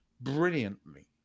brilliantly